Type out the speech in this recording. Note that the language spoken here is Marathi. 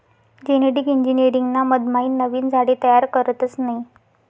जेनेटिक इंजिनीअरिंग ना मधमाईन नवीन झाडे तयार करतस नयी